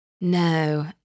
No